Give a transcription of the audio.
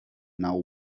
now